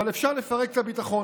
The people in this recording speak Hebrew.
אבל אפשר לפרק את הביטחון.